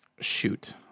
shoot